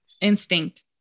Instinct